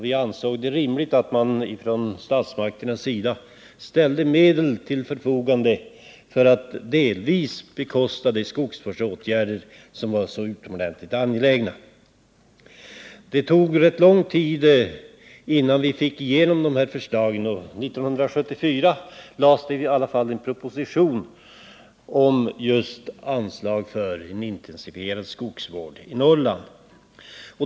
Vi ansåg det rimligt att statsmakterna ställde medel till förfogande för att delvis bekosta de skogsvårdsåtgärder som var så utomordentligt angelägna. Det dröjde rätt länge innan vi fick igenom våra förslag. 1974 framlades i alla fall en proposition om anslag för en intensifierad skogsvård i Norrland.